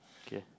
okay